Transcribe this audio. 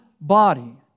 body